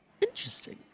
Interesting